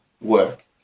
work